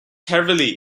heavily